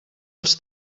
els